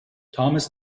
thomas